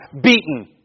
beaten